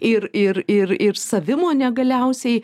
ir ir ir ir savimonę galiausiai